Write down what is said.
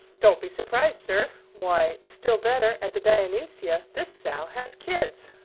don't be surprised, sir why, still better, at the dionysia this sow has kids!